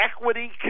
equity